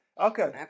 okay